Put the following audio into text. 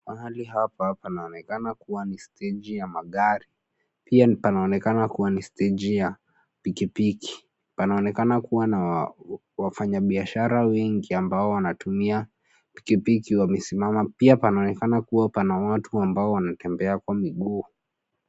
Mahali hapa panaonekana kuwa ni steji ya magari. Pia panaonekana kuwa ni steji ya pikipiki. Panaonekana kuwa na wafanyabiashara wengi ambao wanatumia pikipiki wamesimama. Pia panaonekana kuwa pana watu ambao wanatembea kwa miguu.